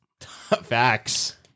Facts